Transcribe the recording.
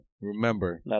Remember